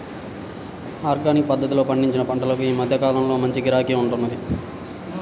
organic పద్ధతిలో పండించిన పంటలకు ఈ మధ్య కాలంలో మంచి గిరాకీ ఉంటున్నది